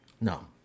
No